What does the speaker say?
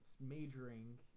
majoring